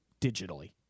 digitally